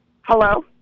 Hello